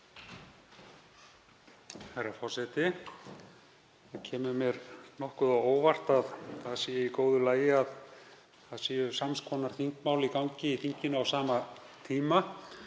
Herra forseti. Það kemur mér nokkuð á óvart að það sé í góðu lagi að sams konar þingmál séu í gangi í þinginu á sama tíma,